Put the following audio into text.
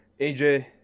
AJ